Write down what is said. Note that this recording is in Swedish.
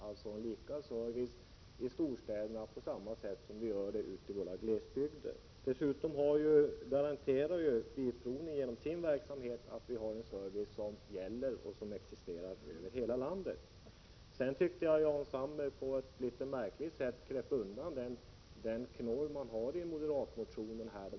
Servicen blir lika i storstäder och ute i våra glesbygder. Bilprovningen garanterar dessutom genom sin verksamhet att vi har en existerande service över hela landet. I Jag tycker vidare att Jan Sandberg på ett litet märkligt sätt kröp undan den 11 november 1987 knorr man har i moderatmotionen.